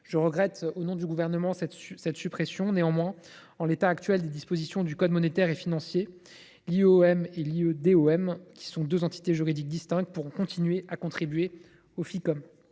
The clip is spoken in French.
je regrette cette suppression. Néanmoins, en l’état actuel des dispositions du code monétaire et financier, l’Ieom et l’Iedom, qui sont deux entités juridiques distinctes, pourront continuer à contribuer au Ficom.